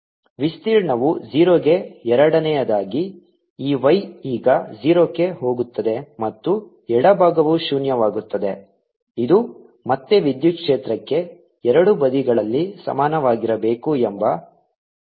ವಿಸ್ತೀರ್ಣವು 0 ಗೆ ಎರಡನೆಯದಾಗಿ ಈ y ಈಗ 0 ಕ್ಕೆ ಹೋಗುತ್ತದೆ ಮತ್ತು ಎಡಭಾಗವು ಶೂನ್ಯವಾಗುತ್ತದೆ ಇದು ಮತ್ತೆ ವಿದ್ಯುತ್ ಕ್ಷೇತ್ರಕ್ಕೆ ಎರಡು ಬದಿಗಳಲ್ಲಿ ಸಮಾನವಾಗಿರಬೇಕು ಎಂಬ ವಾದದಂತೆ ನೀಡುತ್ತದೆ